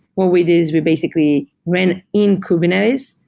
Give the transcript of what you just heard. what we did is we basically went in kubernetes,